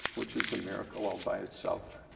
which is a miracle all by itself.